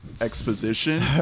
exposition